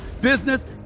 business